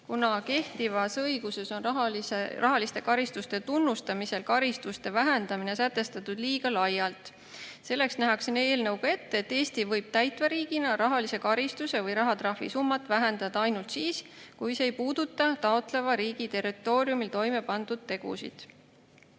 kuna kehtivas õiguses on rahaliste karistuste tunnustamisel karistuste vähendamine sätestatud liiga laialt. Selleks nähakse eelnõuga ette, et Eesti võib täitva riigina rahalise karistuse või rahatrahvi summat vähendada ainult siis, kui see ei puuduta taotleva riigi territooriumil toimepandud tegusid.